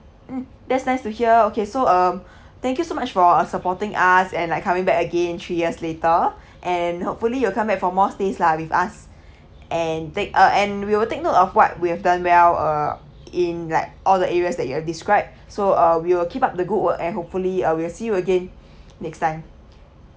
mm that's nice to hear okay so um thank you so much for uh supporting us and like coming back again three years later and hopefully you come back for more stays lah with us and take uh and we will take note of what we have done well uh in like all the areas that you have described so uh we will keep up the good work and hopefully uh we will see you again next time